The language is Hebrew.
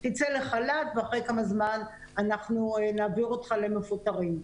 תצא לחל"ת ואחרי כמה זמן אנחנו נעביר אותך למפוטרים.